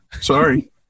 Sorry